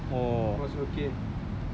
after that the pain was on and off